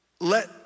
Let